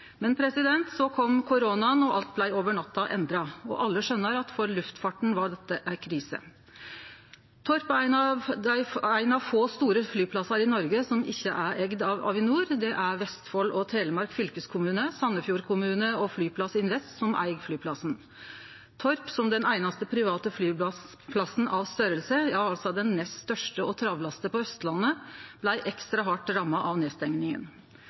Men så kom koronaen, og alt blei endra over natta. Alle skjøner at for luftfarta var dette ei krise. Torp er ein av få store flyplassar i Noreg som ikkje er eigd av Avinor. Det er Vestfold og Telemark fylkeskommune, Sandefjord kommune og Vestfold Flyplassinvest AS som eig flyplassen. Torp, som den einaste private flyplassen av størrelse, altså den nest største og nest travlaste på Austlandet, blei ekstra hardt ramma av nedstenginga.